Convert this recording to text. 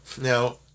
Now